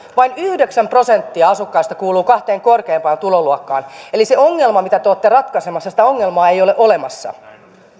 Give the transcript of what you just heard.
vain yhdeksän prosenttia asukkaista kuuluu kahteen korkeimpaan tuloluokkaan eli sitä ongelmaa mitä olette ratkaisemassa ei ole olemassa